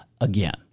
again